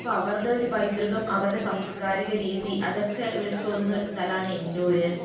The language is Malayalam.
അപ്പം അവരുടെയൊരു പൈതൃകം അവരുടെയൊരു സംസ്കാരികരീതി അതൊക്കെ വിളിച്ചോതുന്നൊരു സ്ഥലമാണ് എന്നൂര്